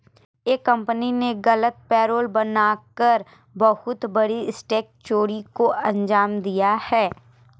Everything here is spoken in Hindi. एक कंपनी ने गलत पेरोल बना कर बहुत बड़ी टैक्स चोरी को अंजाम दिया